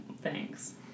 Thanks